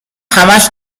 همش